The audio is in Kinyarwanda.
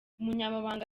umunyamabanga